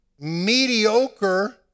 mediocre